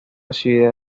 ciudad